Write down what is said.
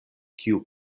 kiu